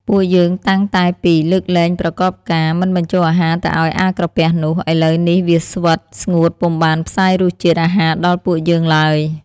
ពួកយើងតាំងតែពី លើកលែងប្រកបការ មិនបញ្ចូលអាហារទៅឲ្យអាក្រពះនោះ ឥឡូវនេះវាស្វិត ស្ងួតពុំបានផ្សាយរសជាតិអាហារដល់ពួកយើងឡើយ។